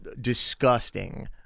disgusting